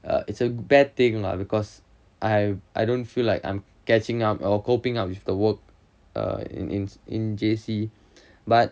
uh it's a bad thing lah because I I don't feel like I'm catching up our coping with the work err in in in J_C but